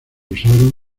usaron